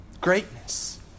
greatness